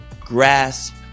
Grasp